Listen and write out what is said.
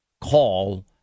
call